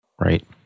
Right